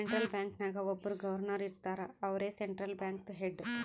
central bank ನಾಗ್ ಒಬ್ಬುರ್ governor ಇರ್ತಾರ ಅವ್ರೇ ಸೆಂಟ್ರಲ್ ಬ್ಯಾಂಕ್ದು ಹೆಡ್